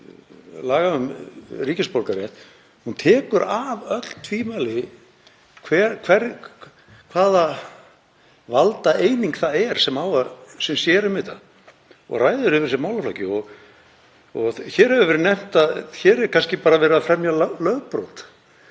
laga um ríkisborgararétt tekur af öll tvímæli um hvaða valdaeining það er sem sér um þetta og ræður yfir þessum málaflokki. Það hefur verið nefnt að hér sé kannski bara verið að fremja lögbrot.